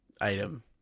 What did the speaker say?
item